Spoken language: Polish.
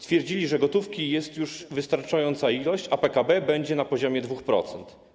Twierdzili, że gotówki jest wystarczająca ilość, a PKB będzie na poziomie 2%.